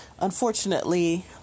unfortunately